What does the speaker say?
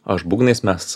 aš būgnais mes